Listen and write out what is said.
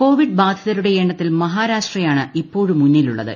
Covid ബാധിതരുടെ എണ്ണത്തിൽ മഹാരാഷ്ട്രയാണ് ഇപ്പോഴും മുന്നിലുള്ളത്